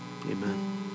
amen